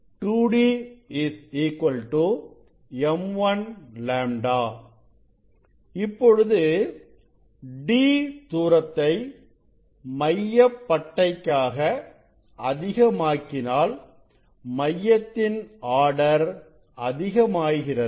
2d m1 λ இப்பொழுது d தூரத்தை மையப் பட்டைக்காக அதிகமாக்கினால் மையத்தின் ஆர்டர் அதிகமாகிறது